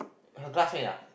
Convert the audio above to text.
her classmate ah